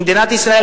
שמדינת ישראל,